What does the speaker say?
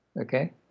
okay